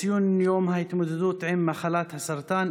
ציון יום ההתמודדות עם מחלת הסרטן,